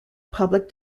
public